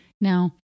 Now